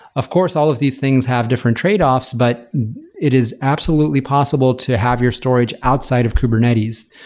of course, all of these things have different trade-offs, but it is absolutely possible to have your storage outside of kubernetes.